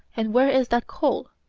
and where is that coal?